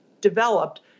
developed